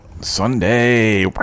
Sunday